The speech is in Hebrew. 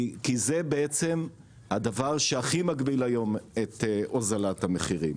כי זה בעצם הדבר שהכי מגביל היום את הוזלת המחירים.